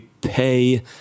pay